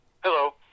Hello